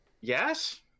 yes